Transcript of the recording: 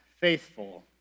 faithful